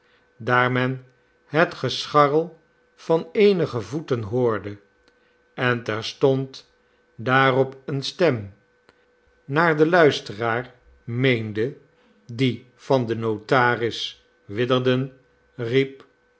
daar men het gescharrel van eenige voeten hoorde en terstond daarop eene stem naar de luisteraar meende die van den notaris witherden riep